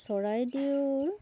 Charaideo